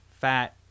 fat